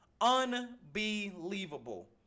Unbelievable